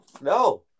No